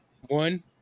one